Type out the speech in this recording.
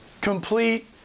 Complete